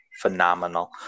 phenomenal